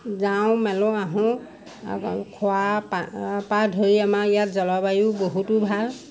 যাওঁ মেলোঁ আহোঁ আৰু খোৱাৰ পৰা পা ধৰি আমাৰ ইয়াত জলবায়ু বহুতো ভাল